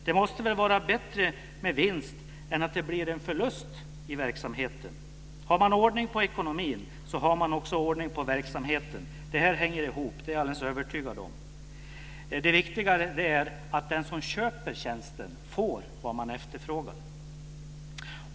Det måste väl vara bättre med vinst än att det blir en förlust i verksamheten. Har man ordning på ekonomin har man också ordning på verksamheten. Detta hänger ihop; det är jag alldeles övertygad om. Det viktiga är att den som köper tjänsten får vad han efterfrågar.